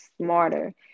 smarter